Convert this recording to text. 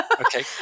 Okay